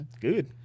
Good